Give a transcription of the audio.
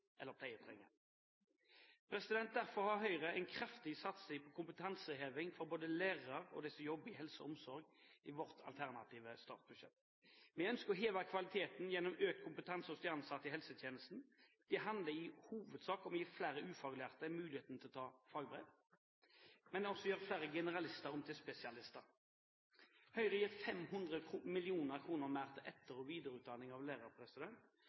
eller pleietrengende. Derfor har Høyre i sitt alternative statsbudsjett en kraftig satsing på kompetanseheving både for lærere og for dem som jobber i helse og omsorg. Vi ønsker å heve kvaliteten gjennom økt kompetanse hos de ansatte i helsetjenesten. Det handler i hovedsak om å gi flere ufaglærte muligheten til å ta fagbrev, men også om å gjøre flere generalister om til spesialister. Høyre vil gi 500 mill. kr mer til etter- og videreutdanning av lærere,